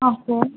okay